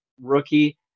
rookie